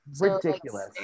Ridiculous